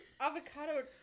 avocado